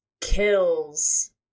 kills